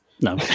No